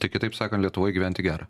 tai kitaip sakant lietuvoj gyventi gera